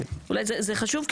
זה חשוב,